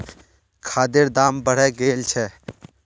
खादेर दाम बढ़े गेल छे